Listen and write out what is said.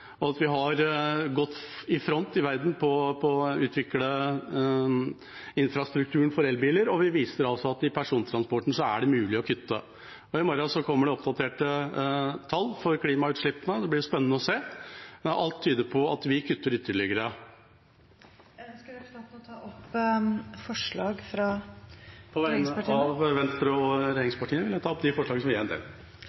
Vi har gått i front i verden på det å utvikle en infrastruktur for elbiler. Vi viser at i persontransporten er det mulig å kutte. I morgen kommer oppdaterte tall for klimautslippene. Det blir spennende å se, men alt tyder på at vi kutter ytterligere. Jeg tar til slutt opp forslaget Venstre har sammen med regjeringspartiene. Representanten Ketil Kjenseth har tatt opp